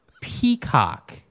Peacock